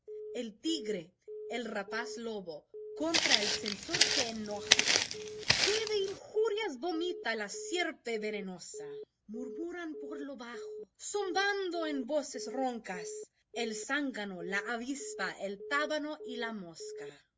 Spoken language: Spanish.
el tigre el rapaz lobo contra el censor se enojan qué de injurias vomita la sierpe venenosa murmuran por lo bajo zumbando en voces roncas el zángano la avispa el tábano y la mosca